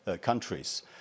countries